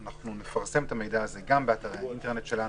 נפרסם את המידע גם באתרי האינטרנט שלנו,